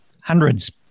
hundreds